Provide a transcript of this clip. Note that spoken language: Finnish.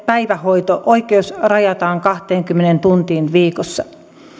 päivähoito oikeus rajataan kahteenkymmeneen tuntiin viikossa